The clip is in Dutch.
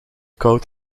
koud